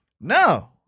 no